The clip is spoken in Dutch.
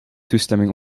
toestemming